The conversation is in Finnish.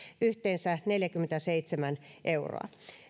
yhteensä neljäkymmentäseitsemän euroa